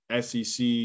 SEC